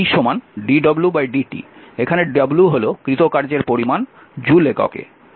এখানে w হল কৃত কার্যের পরিমান জুল এককে